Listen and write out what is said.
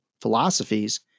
philosophies